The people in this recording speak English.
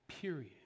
period